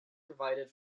provided